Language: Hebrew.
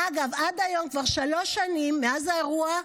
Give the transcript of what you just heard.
ואגב, עד היום, כבר שלוש שנים מאז האירוע,